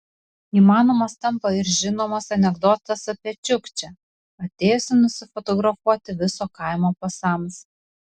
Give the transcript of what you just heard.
įmanomas tampa ir žinomas anekdotas apie čiukčią atėjusį nusifotografuoti viso kaimo pasams